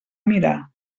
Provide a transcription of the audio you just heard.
mirar